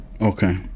Okay